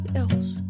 else